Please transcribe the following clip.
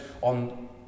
on